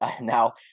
now